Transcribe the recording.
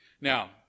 Now